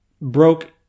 broke